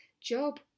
job